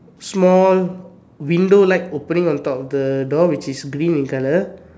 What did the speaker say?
small window like opening on top the door which is green in color